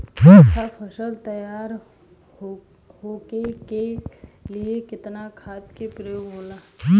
अच्छा फसल तैयार होके के लिए कितना खाद के प्रयोग होला?